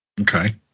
Okay